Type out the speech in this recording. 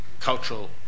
cultural